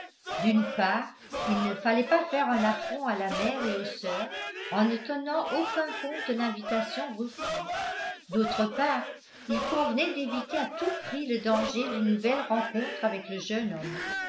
d'une part il ne fallait pas faire un affront à la mère et aux sœurs en ne tenant aucun compte de l'invitation reçue d'autre part il convenait d'éviter à tout prix le danger d'une nouvelle rencontre avec le jeune homme